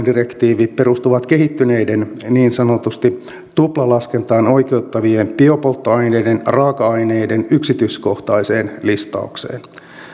direktiivi perustuvat kehittyneiden niin sanotusti tuplalaskentaan oikeuttavien biopolttoaineiden raaka aineiden yksityiskohtaiseen listaukseen